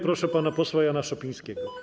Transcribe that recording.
Proszę pana posła Jana Szopińskiego.